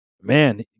man